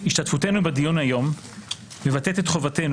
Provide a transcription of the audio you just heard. השתתפותנו בדיון היום מבטאת את חובתנו,